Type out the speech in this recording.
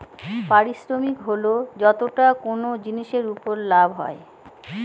পারিশ্রমিক হল যতটা কোনো জিনিসের উপর লাভ হয়